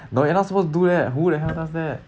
no you're not supposed to do that who the hell does that